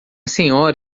senhora